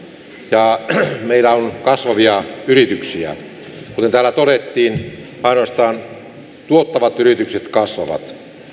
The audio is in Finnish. ja meillä on kasvavia yrityksiä kuten täällä todettiin ainoastaan tuottavat yritykset kasvavat